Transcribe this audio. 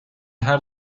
her